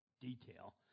detail